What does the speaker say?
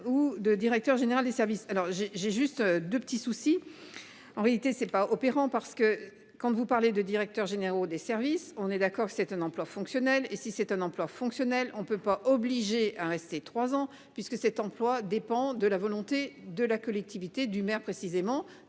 ou de directeur général des services. Alors j'ai j'ai juste de petits soucis. En réalité c'est pas opérants parce que quand vous parlez de directeurs généraux des services, on est d'accord, c'est un emploi fonctionnel et si c'est un emploi fonctionnel. On ne peut pas obliger à rester 3 ans puisque cet emploi dépend de la volonté de la collectivité du maire précisément